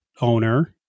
owner